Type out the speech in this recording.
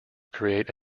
create